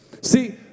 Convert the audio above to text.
See